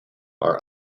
are